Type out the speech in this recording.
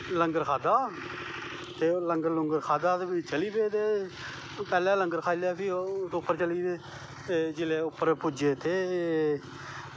लंगर खाद्धा लंगर लुंगर खाद्धा ते फ्ही चली पे पैह्लैं लंगर खाई लेआ फ्ही उप्पर चली गे ते जिसलै उप्पर पुज्जे ते